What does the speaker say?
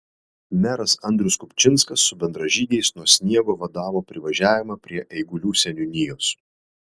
meras andrius kupčinskas su bendražygiais nuo sniego vadavo privažiavimą prie eigulių seniūnijos